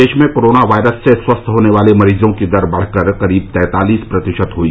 देश में corona virus से स्वस्थ होने वाले मरीजों की दर बढ़कर करीब तैंतालीस प्रतिशत हुई